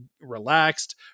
relaxed